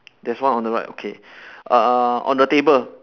there's one on the right okay uh on the table